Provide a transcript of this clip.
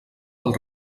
del